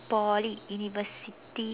Poly university